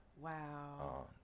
Wow